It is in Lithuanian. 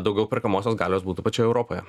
daugiau perkamosios galios būtų pačioje europoje